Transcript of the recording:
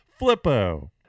Flippo